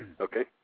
Okay